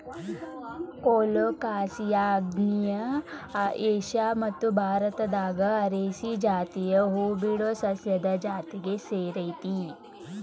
colocasia ಆಗ್ನೇಯ Asia ಮತ್ತು ಭಾರತದಾಗ ಅರೇಸಿ ಜಾತಿಯ ಹೂಬಿಡೊ ಸಸ್ಯದ ಜಾತಿಗೆ ಸೇರೇತಿ